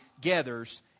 gathers